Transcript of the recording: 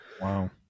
Wow